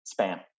spam